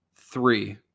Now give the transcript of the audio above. three